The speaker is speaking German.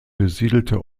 besiedelte